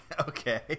okay